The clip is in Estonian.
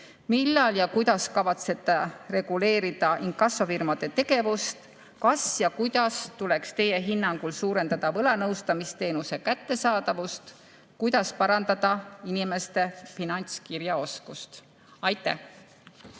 Millal ja kuidas kavatsete reguleerida inkassofirmade tegevust? Kas ja kuidas tuleks teie hinnangul suurendada võlanõustamisteenuse kättesaadavust? Kuidas parandada inimeste finantskirjaoskust? Aitäh!